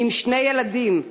עם שני ילדים,